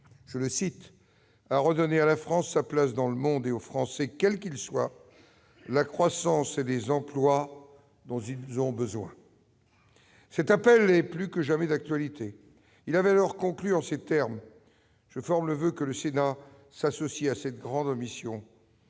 collectivement à « redonner à la France sa place dans le monde et aux Français, quels qu'ils soient, la croissance et les emplois dont ils ont besoin ». Cet appel est plus que jamais d'actualité ! Il avait alors conclu en ces termes :« je forme le voeu que le Sénat s'associe à cette grande ambition :